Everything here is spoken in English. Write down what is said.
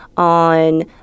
On